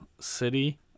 City